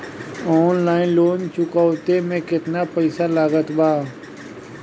Online loan चुकवले मे केतना पईसा लागत बा?